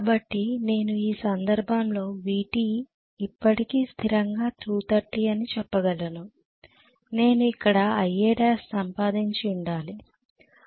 కాబట్టి నేను ఈ సందర్భంలో Vt ఇప్పటికీ స్థిరంగా 230 అని చెప్పగలను నేను ఇక్కడ Ial సంపాదించి ఉండాలి Ra 0